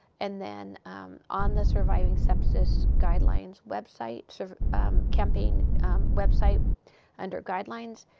and then on the surviving sepsis guidelines website campaign website under guidelines,